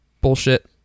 bullshit